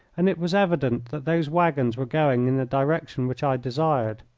and it was evident that those waggons were going in the direction which i desired.